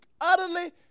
utterly